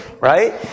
right